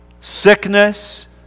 sickness